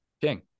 king